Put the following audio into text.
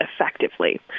effectively